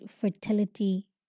fertility